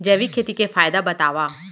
जैविक खेती के फायदा बतावा?